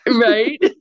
right